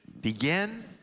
Begin